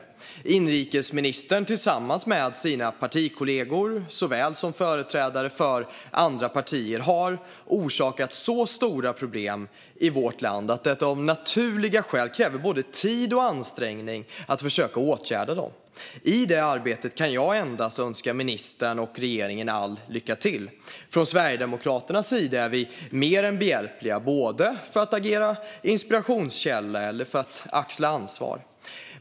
Såväl inrikesministern som hans partikollegor och företrädare för andra partier har tillsammans orsakat vårt land så stora problem att det av naturliga skäl krävs både tid och ansträngning att försöka åtgärda dem. I det arbetet kan jag endast önska ministern och regeringen lycka till. Sverigedemokraterna är mer än gärna behjälpliga, både vad gäller att agera inspirationskälla och vad gäller att axla ansvar.